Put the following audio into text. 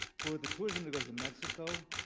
for the tourism that goes to mexico,